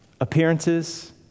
appearances